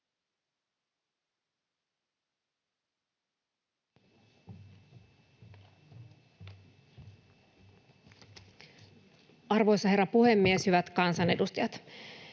Arvoisa herra puhemies! Hyvät kansanedustajat!